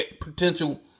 potential